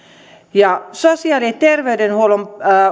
sosiaali ja terveydenhuollon